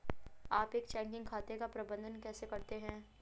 आप एक चेकिंग खाते का प्रबंधन कैसे करते हैं?